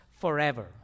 forever